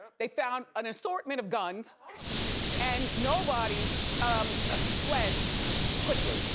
they found an assortment of guns and nobody um ah fled quickly.